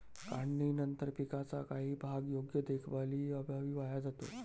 काढणीनंतर पिकाचा काही भाग योग्य देखभालीअभावी वाया जातो